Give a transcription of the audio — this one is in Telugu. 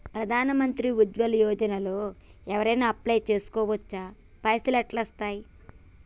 ప్రధాన మంత్రి ఉజ్వల్ యోజన లో ఎవరెవరు అప్లయ్ చేస్కోవచ్చు? పైసల్ ఎట్లస్తయి?